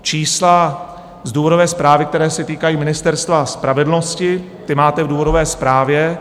Čísla z důvodové zprávy, která se týkají Ministerstva spravedlnosti, máte v důvodové zprávě.